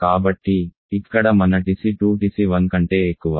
కాబట్టి ఇక్కడ మన TC2 TC1 కంటే ఎక్కువ